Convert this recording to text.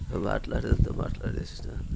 మాటలాడేదు మాటలాడేసినాను